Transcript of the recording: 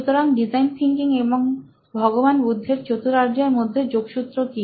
সুতরাং design thinking এবং ভগবান বুদ্ধের চতুরার্য এর মধ্যে যোগসূত্র কি